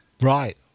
Right